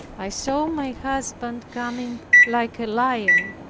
i saw my husband coming like a lion,